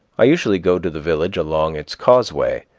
i usually go to the village along its causeway,